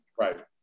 Right